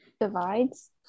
divides